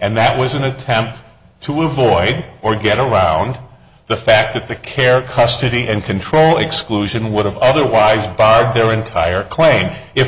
and that was an attempt to avoid or get around the fact that the care custody and control exclusion would have otherwise by their entire clay if